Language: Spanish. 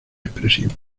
expresivo